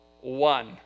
one